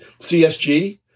CSG